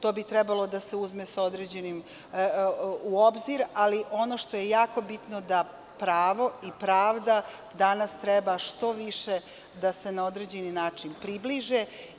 To bi trebalo da se uzme u obzir, ali ono što je jako bitno, jeste da pravo i pravda danas treba što više da se na određeni način približe.